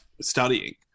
studying